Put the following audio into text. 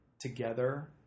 together